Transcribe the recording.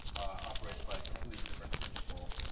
operates by a completely different principle.